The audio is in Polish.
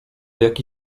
jaki